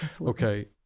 Okay